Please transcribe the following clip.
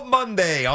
Monday